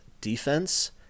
defense